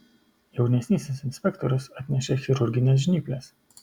jaunesnysis inspektorius atnešė chirurgines žnyples